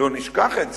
לא נשכח את זה,